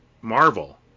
Marvel